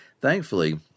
Thankfully